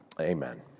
Amen